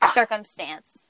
circumstance